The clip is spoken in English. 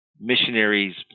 missionaries